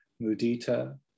mudita